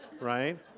right